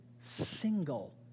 single